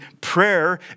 prayer